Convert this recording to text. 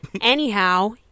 Anyhow